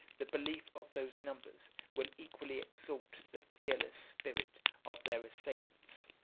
the belief of those numbers will equally exalt the fearless spirit of their assailants.